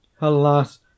Alas